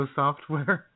software